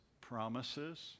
promises